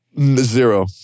Zero